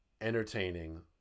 entertaining